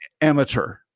Amateur